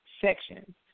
sections